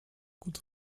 could